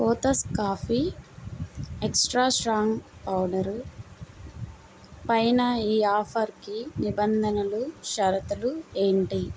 కోతస్ coffee extra strong powder పైన ఈ ఆఫర్కి నిబంధనలు షరతులు ఏంటి